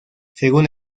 según